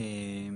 בעצם